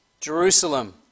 jerusalem